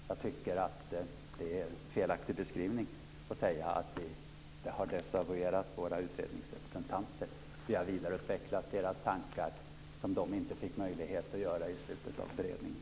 Jag tycker att det är en felaktig beskrivning att säga att vi har desavouerat våra utredningsrepresentanter. Vi har vidareutvecklat deras tankar som de inte fick inte möjlighet att göra i slutet av beredningen.